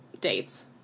dates